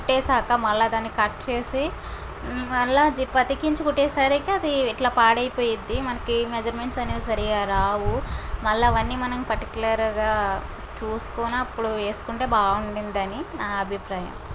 కుట్టేశాక మళ్లీ దాని కట్ చేసి ఉ మళ్లీ జిప్ అతికించి కుట్టేసరికి అది ఇట్లా పాడైపోతుంది మనకు మెజర్మెంట్స్ అనేవి సరిగ్గా రావు మళ్లీ అవి అన్ని మనము పర్టిక్యులర్ గా చూసుకొని అప్పుడు వేసుకుంటే బాగుండింది అని నా అభిప్రాయం